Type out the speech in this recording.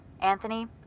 Anthony